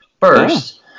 first